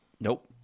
nope